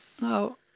No